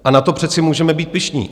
A na to přece můžeme být pyšní.